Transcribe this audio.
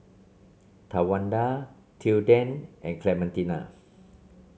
Tawanda Tilden and Clementina